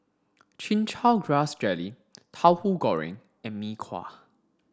chin chow grass jelly tauhu goreng and mee kuah